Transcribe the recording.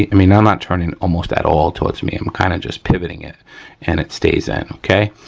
i mean i'm not turning almost at all towards me, i'm kind of just pivoting it and it stays in, okay.